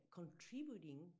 contributing